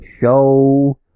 show